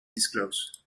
disclosed